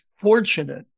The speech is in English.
fortunate